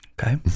okay